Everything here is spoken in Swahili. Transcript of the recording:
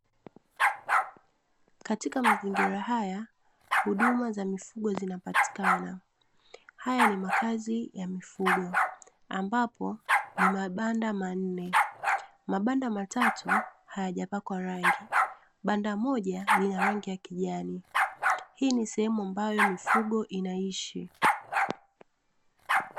Katika mazingira haya huduma za mifugo zinapatikana haya ni makazi ya mifugo ambapo ni mabanda manne, mabanda matatu hayajapakwa rangi, banda moja lina rangi ya kijani, hii ni sehemu ambayo mifugo inaishi.